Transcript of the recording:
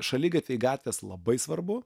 šaligatviai gatvės labai svarbu